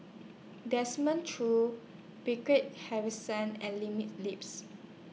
Desmond Choo Harrison and Lips